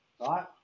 right